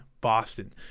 Boston